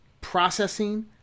processing